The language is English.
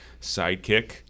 sidekick